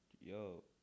Yo